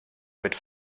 mit